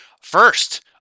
First